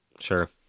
Sure